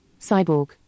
Cyborg